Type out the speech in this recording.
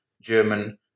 German